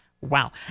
Wow